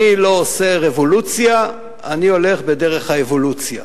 אני לא עושה רבולוציה, אני הולך בדרך האבולוציה,